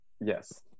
Yes